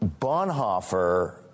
Bonhoeffer